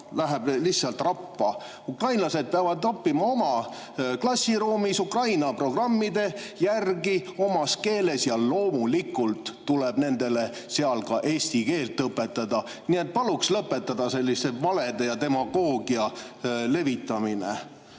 läheb lihtsalt rappa. Ukrainlased peavad õppima oma klassiruumis Ukraina programmide järgi omas keeles. Ja loomulikult tuleb nendele seal ka eesti keelt õpetada. Nii et paluks lõpetada selline valede levitamine